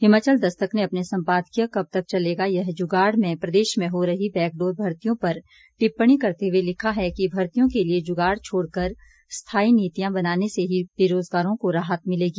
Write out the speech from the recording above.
हिमाचल दस्तक ने अपने सम्पादकीय कब तक चलेगा यह जुगाड़ में प्रदेश में हो रही बैकडोर भर्तियों पर टिप्पणी करते हुए लिखा है कि भर्तियों के लिये जुगाड़ छोड़कर स्थायी नीतियां बनाने से ही बेरोजगारों को राहत मिलेगी